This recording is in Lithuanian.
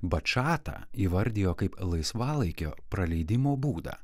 bačatą įvardijo kaip laisvalaikio praleidimo būdą